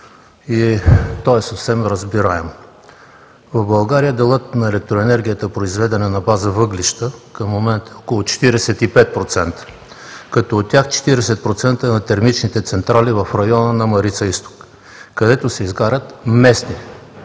и то е съвсем разбираемо. В България делът на електроенергията, произведена на база въглища, до момента е около 45%. От тях 40% е на термичните централи в района на „Марица-изток“, където се изгарят местни